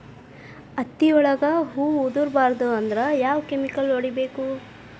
ಹತ್ತಿ ಒಳಗ ಹೂವು ಉದುರ್ ಬಾರದು ಅಂದ್ರ ಯಾವ ಕೆಮಿಕಲ್ ಹೊಡಿಬೇಕು?